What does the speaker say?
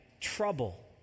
trouble